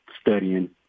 studying